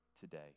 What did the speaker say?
today